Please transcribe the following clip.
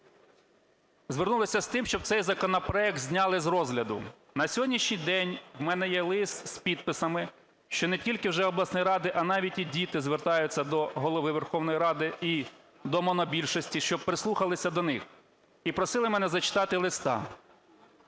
звернулися з тим, щоб цей законопроект зняли з розгляду. На сьогоднішній день у мене є лист з підписами, що не тільки вже обласні ради, а навіть і діти звертаються до Голови Верховної Ради і до монобільшості, щоб прислухалися до них. І просили мене зачитати листа.